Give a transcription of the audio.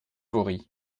vaury